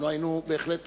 אנחנו היינו בהחלט תומכים.